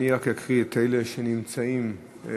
אני אקריא את שמות אלה שנמצאים במליאה.